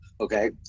okay